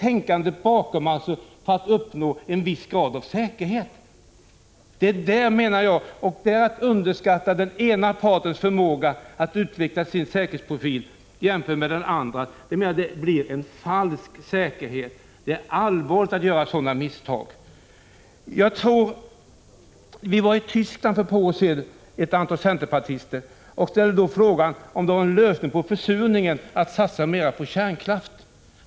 När det gäller tanken bakom strävan att uppnå en viss grad av säkerhet får man inte underskatta ett lands förmåga att utveckla sin säkerhetsprofil jämfört med andra länders. Det blir en falsk säkerhet. Det är allvarligt att göra sådana misstag. Vi var några centerpartister som besökte Tyskland för ett antal år sedan. Vi ställde då frågan om det var någon lösning på försurningsproblemet att satsa mer på kärnkraftverk.